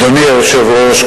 אדוני היושב-ראש,